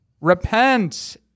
repent